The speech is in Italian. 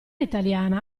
italiana